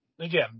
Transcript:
again